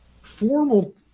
formal